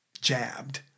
jabbed